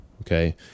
Okay